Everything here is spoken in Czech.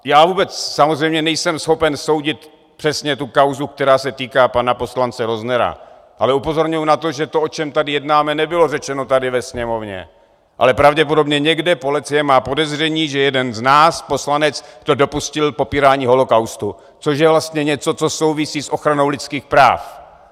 Já vůbec samozřejmě nejsem schopen soudit přesně tu kauzu, která se týká pana poslance Roznera, ale upozorňuji na to, že to, o čem tady jednáme, nebylo řečeno tady ve Sněmovně, ale pravděpodobně někde, policie má podezření, že jeden z nás, poslanec, se dopustil popírání holocaustu, což je vlastně něco, co souvisí s ochranou lidských práv.